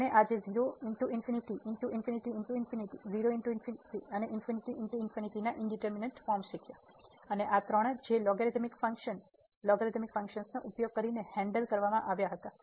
તેથી આપણે આજે ના ઈંડિટરમિનેટ ફોર્મ શીખ્યા છે અને આ ત્રણ જે લોગરીધમિક ફંકશન નો ઉપયોગ કરીને હેન્ડલ કરવામાં આવ્યા હતા